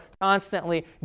constantly